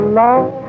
love